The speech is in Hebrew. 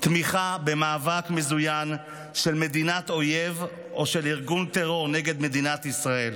תמיכה במאבק מזוין של מדינת אויב או של ארגון טרור נגד מדינת ישראל.